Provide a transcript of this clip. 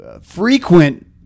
frequent